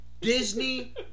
Disney